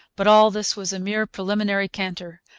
but all this was a mere preliminary canter.